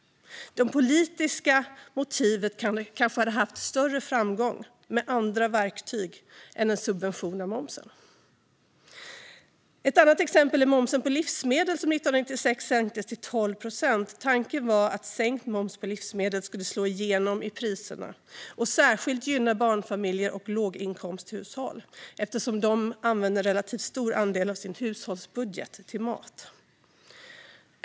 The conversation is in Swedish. Det politiska motivet hade kanske haft större framgång med andra verktyg än en subvention av momsen. Ett annat exempel är momsen på livsmedel som 1996 sänktes till 12 procent. Tanken var att sänkt moms på livsmedel skulle slå igenom i priserna och särskilt gynna barnfamiljer och låginkomsthushåll eftersom de använder en relativt stor andel av sin hushållsbudget till mat.